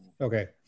Okay